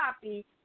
copy